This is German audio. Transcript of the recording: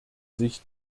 sich